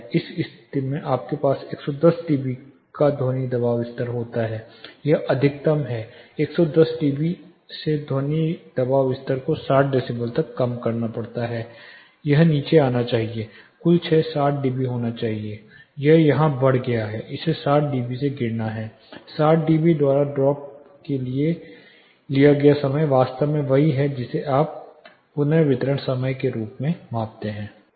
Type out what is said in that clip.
इस स्थिति में आपके पास 110 डीबी का ध्वनि दबाव स्तर होता है यह अधिकतम है 110 डीबी से ध्वनि दबाव स्तर को 60 डेसिबल तक कम करना पड़ता है यह नीचे आना चाहिए कुल क्षय 60 डीबी होना चाहिए यह यहां बढ़ गया है इसे 60 डीबी से गिराना है 60 डीबी द्वारा ड्रॉप के लिए लिया गया समय वास्तव में वही है जिसे आप पुनर्वितरण समय के रूप में मापते हैं